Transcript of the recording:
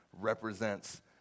represents